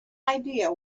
idea